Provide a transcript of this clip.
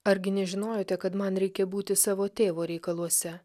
argi nežinojote kad man reikia būti savo tėvo reikaluose